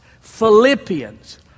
Philippians